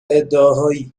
ادعاهایی